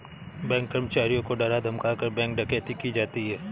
bank कर्मचारियों को डरा धमकाकर, बैंक डकैती की जाती है